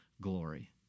glory